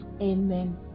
Amen